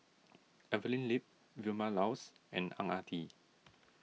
Evelyn Lip Vilma Laus and Ang Ah Tee